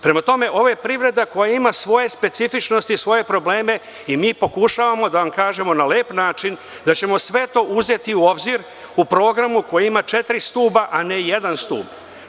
Prema tome, ovo je privreda koja ima svoje specifičnosti, svoje probleme i mi pokušavamo da vam kažemo na lep način da ćemo sve to uzeti u obzir u programu koji ima četiri stuba, a ne jedan stub.